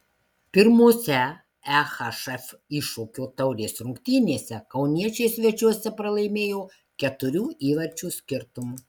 pirmose ehf iššūkio taurės rungtynėse kauniečiai svečiuose pralaimėjo keturių įvarčių skirtumu